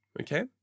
okay